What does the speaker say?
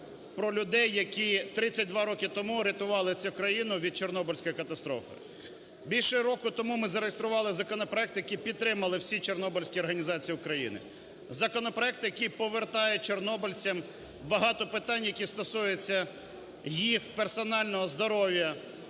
про людей, які 32 роки тому рятували цю країну від Чорнобильської катастрофи. Більше року тому ми зареєстрували законопроект, який підтримали всі чорнобильські організації України, законопроект, який повертає чорнобильцям багато питань, які стосуються їх персонального здоров'я